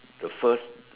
the first